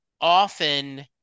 often